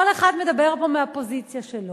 כל אחד מדבר פה מהפוזיציה שלו.